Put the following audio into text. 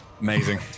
amazing